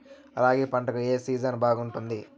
రాగి పంటకు, ఏ సీజన్ బాగుంటుంది?